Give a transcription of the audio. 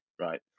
right